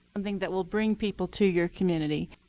something that will bring people to your community.